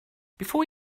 before